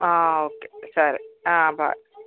ఆ ఓకే సరే బాయ్